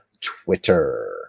Twitter